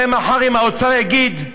הרי אם מחר האוצר יגיד: